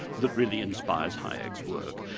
that really inspires hayek's work.